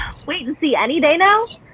wait and see, any day now,